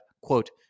quote